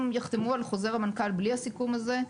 אם יחתמו על חוזר המנכ"ל בלי הסיכום הזה,